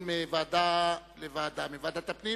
מוועדת הפנים